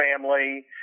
family